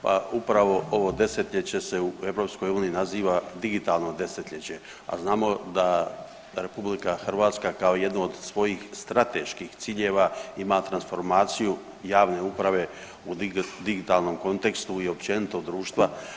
Pa upravo ovo desetljeće se u EU naziva digitalno desetljeće, a znamo da RH kao jedno od svojih strateških ciljeva ima transformaciju javne uprave u digitalnom kontekstu i općenito društva.